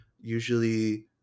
usually